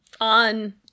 On